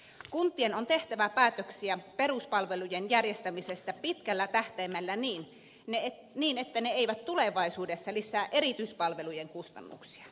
kuntien on tehtävä päätöksiä peruspalvelujen järjestämisestä pitkällä tähtäimellä niin että ne eivät tulevaisuudessa lisää erityispalvelujen kustannuksia